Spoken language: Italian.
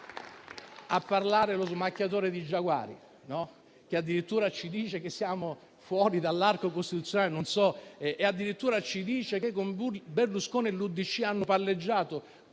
a parlare lo smacchiatore di giaguari, che addirittura ci dice che siamo fuori dall'arco costituzionale. Non so, e addirittura ci dice che Berlusconi e l'UDC hanno palleggiato,